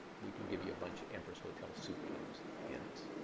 we can give you a bunch of empress hotel soup plates. hence,